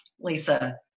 Lisa